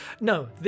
No